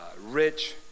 rich